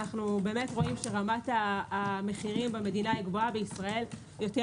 אנו רואים שרמת המחירים במדינה היא גבוהה בישראל יותר